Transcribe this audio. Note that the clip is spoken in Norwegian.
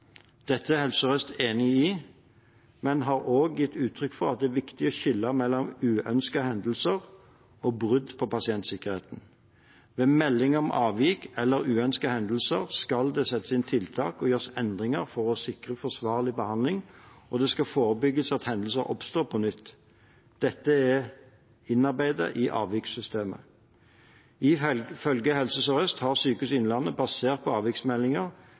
Dette er Helse Sør-Øst enig i, men har også gitt uttrykk for at det er viktig å skille mellom uønskede hendelser og brudd på pasientsikkerheten. Ved melding om avvik eller uønskede hendelser skal det settes inn tiltak og gjøres endringer for å sikre forsvarlig behandling, og det skal forebygges at hendelser oppstår på nytt. Dette er innarbeidet i avvikssystemet. Ifølge Helse Sør-Øst har Sykehuset Innlandet, basert på avviksmeldinger,